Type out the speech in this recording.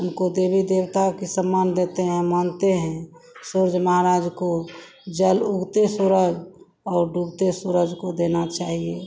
उनको देवी देवताओं के सम्मान देते हैं मानते हैं सूर्य महाराज को जल उगते सूरज और डूबते सूरज को देना चाहिए